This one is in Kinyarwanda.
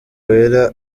wera